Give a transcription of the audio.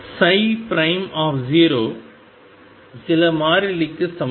0 சில மாறிலிக்கு சமம்